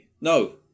no